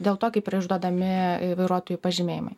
dėl to kaip yra išduodami vairuotojų pažymėjimai